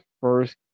first